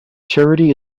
charity